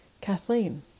Kathleen